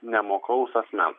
nemokaus asmens